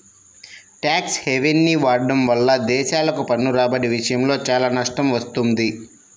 tax హెవెన్ని వాడటం వల్ల దేశాలకు పన్ను రాబడి విషయంలో చాలా నష్టం వస్తుంది